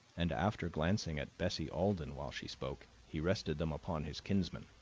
and, after glancing at bessie alden while she spoke, he rested them upon his kinsman.